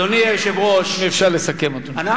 אם אפשר לסכם, אדוני.